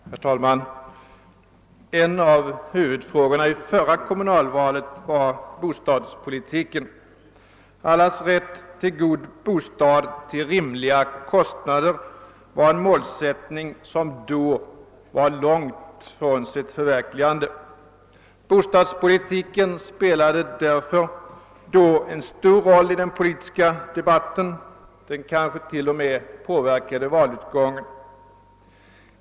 Herr talman! En av huvudfrågorna i förra kommunalvalet var bostadspolitiken. »Allas rätt till god bostad till rimliga kostnader» var en målsättning, som då var långt ifrån sitt förverkligande. Bostadspolitiken spelade därför då en stor roll i den politiska debatten. Den kanske till och med påverkade valutgången.